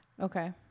Okay